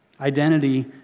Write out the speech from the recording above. Identity